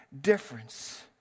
difference